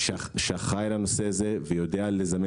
הצוות הזה אחראי על הנושא הזה ויודע לזמן